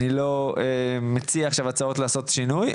אני לא מציע עכשיו הצעות לעשות שינוי,